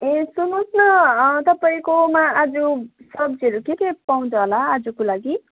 ए सुन्नुहोस् न तपाईँकोमा आज सब्जीहरू के के पाउँछ होला आजको लागि